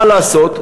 מה לעשות,